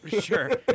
Sure